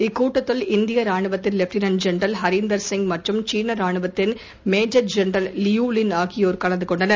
இக்கூட்டத்தில் இந்தியரானுவத்தின் lieutenant general Harinder Singh மற்றும் சீனரானுவத்தின் மேஜர் ஜெனரல் லியூ லின் ஆகியோர் கலந்துகொண்டனர்